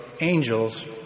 angels